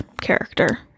character